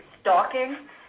stalking